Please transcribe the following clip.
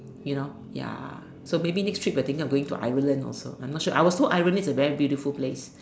you know ya so maybe next trip I think I am going to Ireland also I am not sure I was told Ireland is a very beautiful place